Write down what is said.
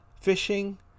fishing